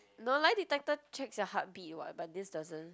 no lie detector checks your heart beat [what] but this doesn't